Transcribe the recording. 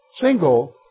Single